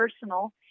personal